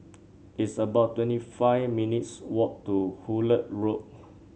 it's about twenty five minutes' walk to Hullet Road